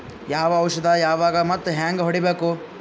ಯಾವ ಔಷದ ಯಾವಾಗ ಮತ್ ಹ್ಯಾಂಗ್ ಹೊಡಿಬೇಕು?